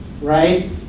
right